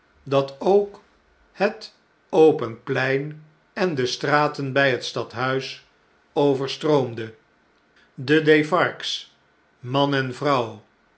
dat ook het open plein en de straten bij het stadhuis overstroomde de defarges man en vrouw